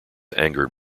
angered